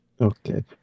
Okay